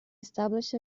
establish